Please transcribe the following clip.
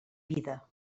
vida